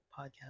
podcast